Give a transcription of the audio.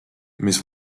mis